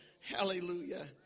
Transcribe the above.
Hallelujah